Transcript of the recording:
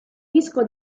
disco